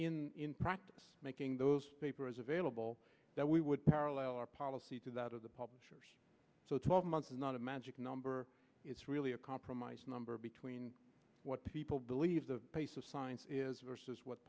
months in practice making those papers available that we would parallel our policy to that of the publishers so twelve months is not a magic number it's really a compromise number between what people believe the pace of science is versus what